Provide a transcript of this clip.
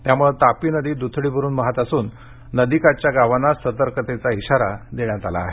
त्यामुळे तापी नदी द्थडी भरून वाहत असून नदीकाठच्या गावांना सतर्कतेचा इशारा देण्यात आलेला आहे